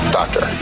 doctor